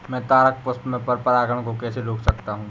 मैं तारक पुष्प में पर परागण को कैसे रोक सकता हूँ?